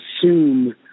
assume